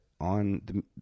on –